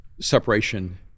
separation